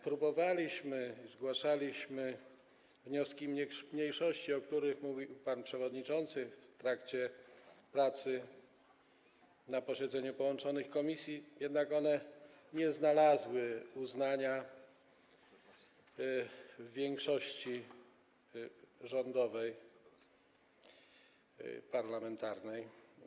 Próbowaliśmy, zgłaszaliśmy wnioski mniejszości, o których mówił pan przewodniczący, w trakcie prac na posiedzeniu połączonych komisji, jednak nie znalazły one uznania większości rządowej, parlamentarnej.